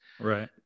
right